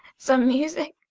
some music,